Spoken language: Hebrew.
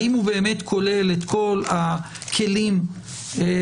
האם הוא באמת כולל את כל הכלים לאותו